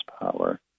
power